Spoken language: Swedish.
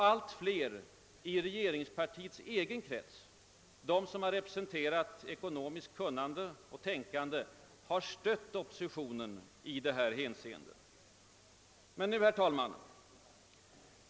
Allt fler i regeringspartiets egen krets — de som har representerat ekonomiskt kunnande och tänkande — har stött oppositionen i detta hänseende.